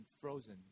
frozen